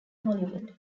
hollywood